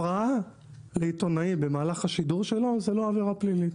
הפרעה לעיתונאי במהלך השידור שלו זו לא עבירה פלילית,